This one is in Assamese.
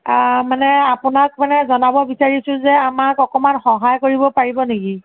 মানে আপোনাক মানে জনাব বিচাৰিছোঁ যে আমাক অকমান সহায় কৰিব পাৰিব নেকি